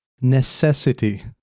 Necessity